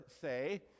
say